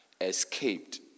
escaped